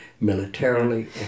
militarily